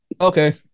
Okay